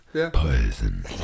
poison